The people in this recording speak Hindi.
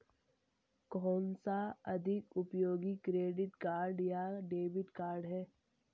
कौनसा अधिक उपयोगी क्रेडिट कार्ड या डेबिट कार्ड है?